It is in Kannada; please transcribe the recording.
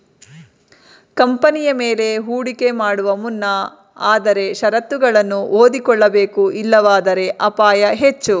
ಕಂಪನಿಯ ಮೇಲೆ ಹೂಡಿಕೆ ಮಾಡುವ ಮುನ್ನ ಆದರೆ ಶರತ್ತುಗಳನ್ನು ಓದಿಕೊಳ್ಳಬೇಕು ಇಲ್ಲವಾದರೆ ಅಪಾಯ ಹೆಚ್ಚು